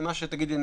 מה שתגידי,